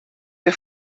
que